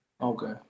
Okay